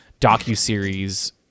docuseries